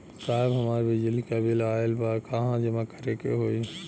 साहब हमार बिजली क बिल ऑयल बा कहाँ जमा करेके होइ?